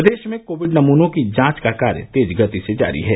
प्रदेश में कोविड नमूनों की जांच का कार्य तेज गति से जारी है